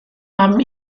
haben